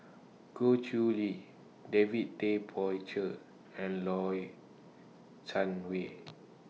Goh Chiew Lye David Tay Poey Cher and Low Sanmay